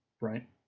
right